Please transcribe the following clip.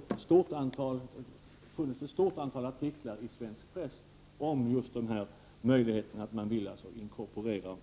Dessutom har det ju i svensk press funnits ett stort antal artiklar om just möjligheten att inkorporera